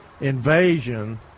invasion